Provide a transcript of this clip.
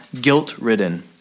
guilt-ridden